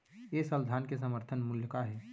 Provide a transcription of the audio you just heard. ए साल धान के समर्थन मूल्य का हे?